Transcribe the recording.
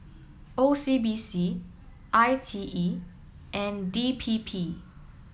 O C B C I T E and D P P